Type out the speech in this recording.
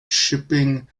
shipping